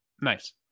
nice